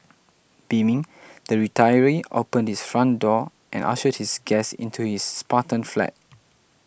beaming the retiree opened his front door and ushered his guest into his spartan flat